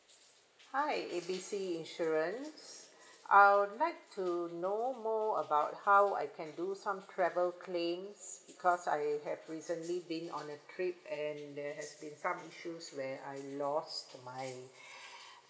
hi A B C insurance I'll like to know more about how I can do some travel claims because I have recently been on a trip and there has been some issues where I lost my